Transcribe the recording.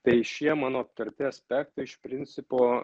tai šie mano aptarti aspektai iš principo